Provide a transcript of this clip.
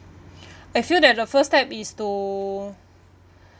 I feel that the first step is to